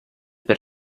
per